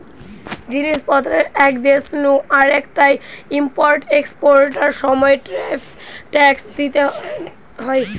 জিনিস পত্রের এক দেশ নু আরেকটায় ইম্পোর্ট এক্সপোর্টার সময় ট্যারিফ ট্যাক্স দিইতে হয়